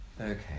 Okay